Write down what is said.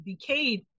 decayed